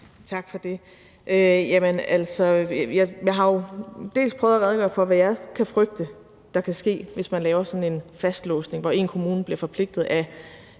Tak for det. Jeg har jo prøvet at redegøre for, hvad jeg kan frygte der kan ske, hvis man laver sådan en fastlåsning, hvor én kommune bliver forpligtet af